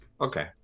Okay